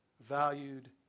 Valued